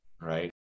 right